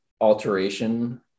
alteration